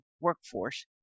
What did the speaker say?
workforce